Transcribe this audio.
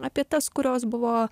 apie tas kurios buvo